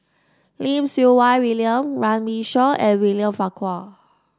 Lim Siew Wai William Runme Shaw and William Farquhar